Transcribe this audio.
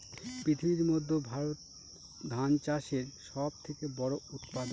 পৃথিবীর মধ্যে ভারত ধান চাষের সব থেকে বড়ো উৎপাদক